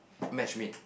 match made